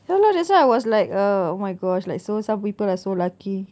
ya lah that's why I was like uh oh my gosh like so some people are so lucky